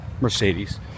Mercedes